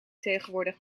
tegenwoordig